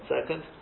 second